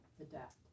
Adapt